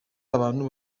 abantu